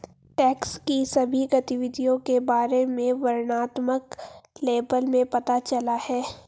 tax की सभी गतिविधियों के बारे में वर्णनात्मक लेबल में पता चला है